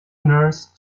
nurse